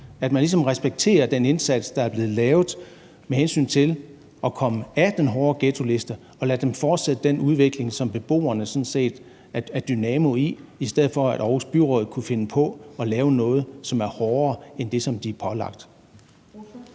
ligesom respekterer den indsats, der er blevet lavet med hensyn til at komme af den hårde ghettoliste, og lader dem fortsætte den udvikling, som beboerne sådan set er dynamoen i, i stedet for at Aarhus Byråd kunne finde på at lave noget, som er hårdere end det, de er pålagt.